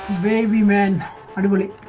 navy man and but a